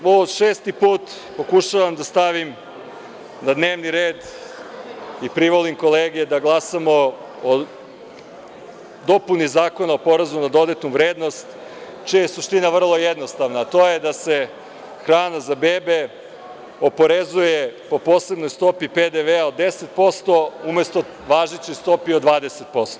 Po šesti put pokušavam da stavim na dnevni red i privolim kolege da glasamo o dopuni Zakona o porezu na dodatu vrednost čija je suština vrlo jednostavna, a to je da se hrana za bebe oporezuje po posebnoj stopi PDV-a od 10% umesto važećoj stopi od 20%